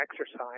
exercise